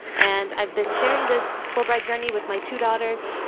and i've been sharing this fulbright journey with my two daughters.